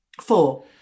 Four